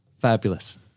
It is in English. Fabulous